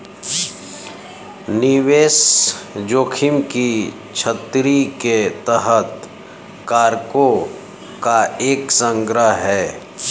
निवेश जोखिम की छतरी के तहत कारकों का एक संग्रह है